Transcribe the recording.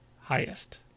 highest